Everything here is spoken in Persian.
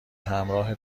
همراه